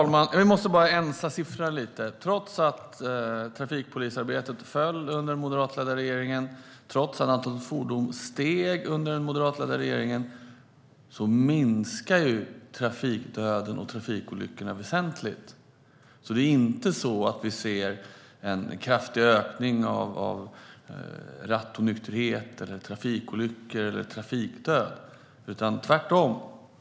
Herr talman! Jag måste bara rensa siffrorna lite. Trots att trafikpolisarbetet minskade under den moderatledda regeringen, och trots att antalet fordon steg under den moderatledda regeringen minskade trafikdöden och trafikolyckorna väsentligt. Det är inte så att vi ser en kraftig ökning av rattonykterhet, trafikolyckor eller trafikdöd, tvärtom.